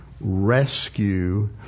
rescue